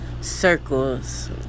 circles